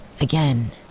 Again